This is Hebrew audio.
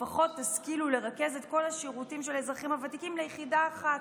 לפחות תשכילו לרכז את כל השירותים של האזרחים הוותיקים ביחידה אחת.